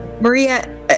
maria